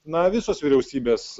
na visos vyriausybės